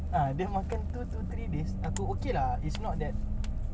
ah dia makan two to three days aku okay lah it's not that